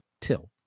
Till